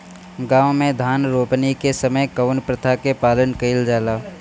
गाँव मे धान रोपनी के समय कउन प्रथा के पालन कइल जाला?